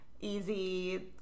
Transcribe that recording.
easy